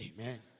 Amen